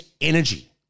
energy